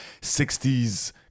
60s